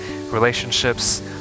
relationships